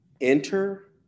Enter